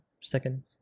second